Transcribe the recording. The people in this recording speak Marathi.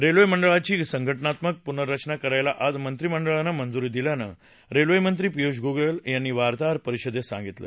रेल्वे मंडळाची संघटनात्मक प्नर्रचना करायला आज मंत्रिमंडळानं मंज्री दिल्याचं रेल्वेमंत्री पिय्ष गोयल यांनी वार्ताहर परिषदेत सांगितलं